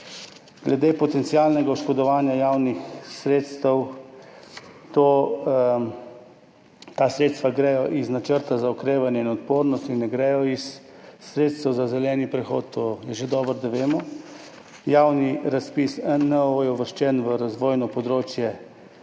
Glede potencialnega oškodovanja javnih sredstev. Ta sredstva gredo iz Načrta za okrevanje in odpornost in ne grejo iz sredstev za zeleni prehod, to je dobro, da vemo. Javni razpis NOO je uvrščen v razvojno področje C3,